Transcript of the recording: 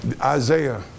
Isaiah